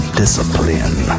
discipline